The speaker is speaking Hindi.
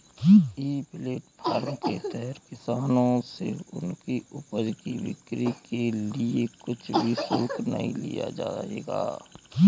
ई प्लेटफॉर्म के तहत किसानों से उनकी उपज की बिक्री के लिए कुछ भी शुल्क नहीं लिया जाएगा